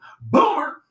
Boomer